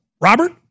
Robert